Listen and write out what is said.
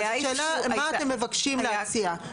השאלה מה אתם מבקשים להציע?